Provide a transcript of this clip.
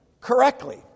correctly